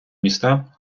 міста